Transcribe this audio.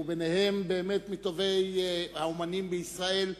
וביניהם באמת מטובי האמנים בישראל,